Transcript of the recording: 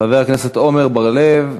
חבר הכנסת עמר בר-לב,